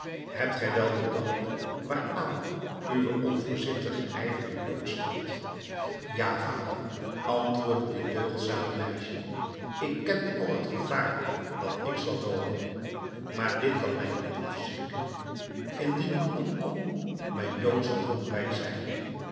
hebt gij wel bedacht waaraan uw onvoorzigtige ijver u blootstelt ja vader antwoordde dit deugdzame meisje ik ken al het gevaar dat ik zal loopen maar dit kan mij niet afschrikken indien ik omkom mijn dood zal roemrijk zijn